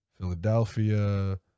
Philadelphia